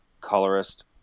colorist